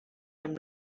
amb